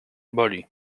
boli